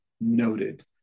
noted